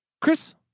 Chris